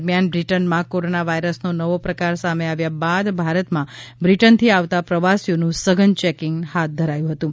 દરમિયાન બ્રિટનમાં કોરોના વાયરસનો નવો પ્રકાર સામે આવ્યા બાદ ભારતમાં બ્રિટનથી આવતા પ્રવાસીઓનું સઘન ચેકિંગ હાથ ધરાયું હતું